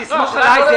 תסמוך עליי.